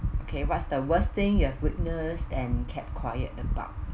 okay what's the worst thing you have witnessed and kept quiet about